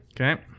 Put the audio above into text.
Okay